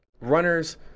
runners